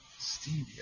stevia